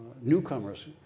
newcomers